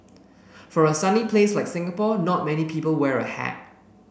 for a sunny place like Singapore not many people wear a hat